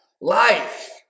life